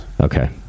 Okay